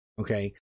Okay